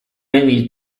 many